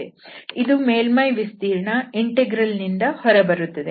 ಇದು ಮೇಲ್ಮೈಯ ವಿಸ್ತೀರ್ಣ ಇಂಟೆಗ್ರಲ್ ನಿಂದ ಹೊರಬರುತ್ತದೆ